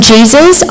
Jesus